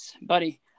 buddy